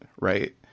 Right